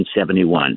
1971